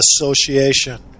association